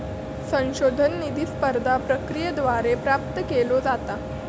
संशोधन निधी स्पर्धा प्रक्रियेद्वारे प्राप्त केलो जाता